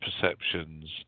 perceptions